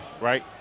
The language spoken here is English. right